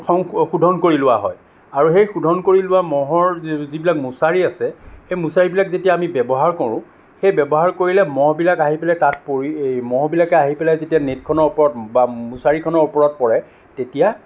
শোধন কৰি লোৱা হয় আৰু সেই শোধন কৰি লোৱা মহৰ যিবিলাক মোছাৰি আছে সেই মোছাৰিবিলাক যেতিয়া আমি ব্য়ৱহাৰ কৰোঁ সেই ব্য়ৱহাৰ কৰিলে মহবিলাক আহি পেলাই তাত পৰি মহবিলাকে আহি পেলাই যেতিয়া নেটখনৰ ওপৰত বা মোছাৰিখনৰ ওপৰত পৰে তেতিয়া